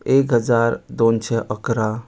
एक हजार दोनशे इकरा